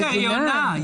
רגע, היא עונה.